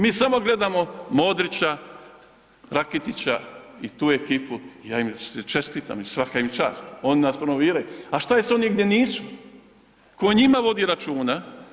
Mi samo gledamo Modrića, Raketića i tu ekipu, ja im čestitam i svaka im čast oni nas promoviraju, a šta je s onim gdje nisu, tko o njima vodi računa.